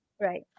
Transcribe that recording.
Right